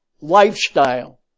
lifestyle